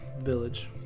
village